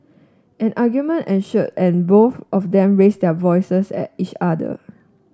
an argument ensued and both of them raised their voices at each other